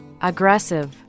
Aggressive